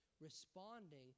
responding